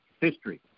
history